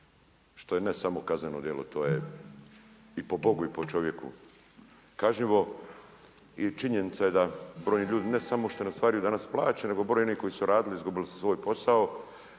što je ne samo kazneno djelo, to je i po Bogu i po čovjeku kažnjivo. I činjenica je da brojni ljudi ne samo što ne ostvaruju plaće nego brojni koji su radili izgubili su svoj posao